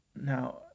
now